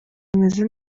imeze